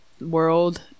world